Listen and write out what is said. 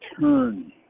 turn